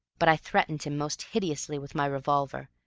but i threatened him most hideously with my revolver,